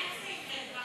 איך זה יקרה?